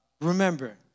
remember